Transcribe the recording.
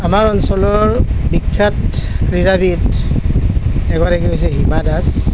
আমাৰ অঞ্চলৰ বিখ্য়াত ক্ৰীড়াবিদ এগৰাকী হৈছে হিমা দাস